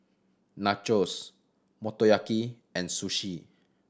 Nachos Motoyaki and Sushi